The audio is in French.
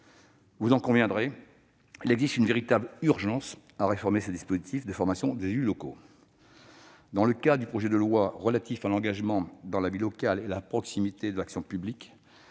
Vous en conviendrez, il existe une véritable urgence à réformer le dispositif de formation des élus locaux. Dans le cadre de la loi relative à l'engagement dans la vie locale et à la proximité de l'action publique,